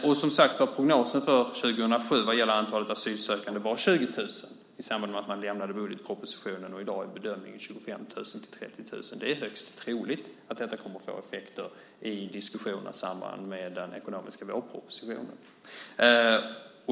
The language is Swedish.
Och, som sagt, prognosen för 2007 vad gäller antalet asylsökande var 20 000 i samband med att man lämnade budgetpropositionen, och i dag är bedömningen 25 000-30 000. Det är högst troligt att detta kommer att få effekter i diskussionerna i samband med den ekonomiska vårpropositionen.